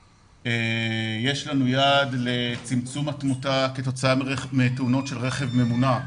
יש לנו יעד לצמצום התמותה כתוצאה מתאונות של רכב ממונע.